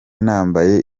nambaye